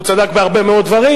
הוא צדק בהרבה מאוד דברים,